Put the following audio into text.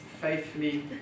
faithfully